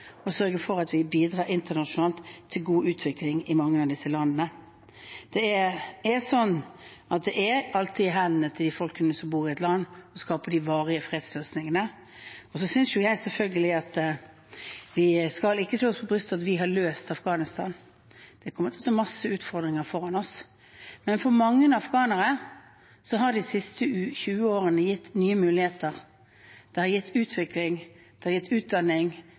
og sørge for at vi bidrar internasjonalt til god utvikling i mange av disse landene. Det å skape de varige fredsløsningene ligger alltid i hendene til de folkene som bor i landet. Så synes jeg selvfølgelig ikke at vi skal slå oss på brystet og si at vi har løst utfordringene i Afghanistan. Det kommer til å stå mange utfordringer foran oss. Men for mange afghanere har de siste 20 årene gitt nye muligheter. Det har gitt utvikling, det har gitt utdanning,